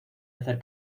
hacer